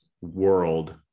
world